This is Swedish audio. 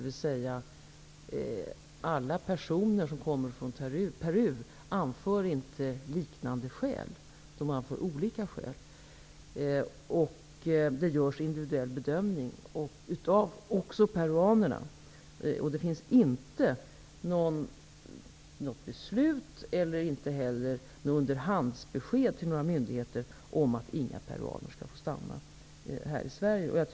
Alla personer som kommer från Peru anför alltså inte liknande skäl, utan de anför olika skäl. Det görs individuella bedömningar också av peruanerna. Det finns inte något beslut och det har inte givits något underhandsbesked till myndigheter om att peruaner inte skall få stanna i Sverige.